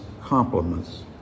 compliments